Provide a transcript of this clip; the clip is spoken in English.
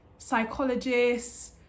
psychologists